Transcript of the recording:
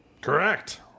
Correct